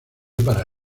para